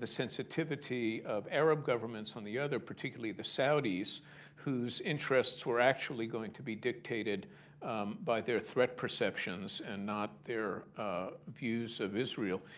the sensitivity of arab governments on the other, particularly the saudis whose interests were actually going to be dictated by their threat perceptions and not their views of israel.